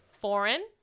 foreign